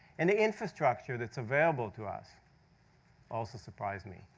and the infrastructure that's available to us also surprised me.